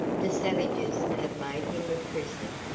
the savages have made him a prisoner,